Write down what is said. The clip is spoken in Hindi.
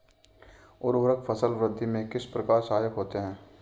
उर्वरक फसल वृद्धि में किस प्रकार सहायक होते हैं?